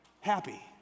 happy